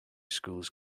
schools